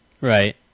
Right